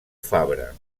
fabra